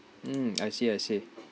mm I see I see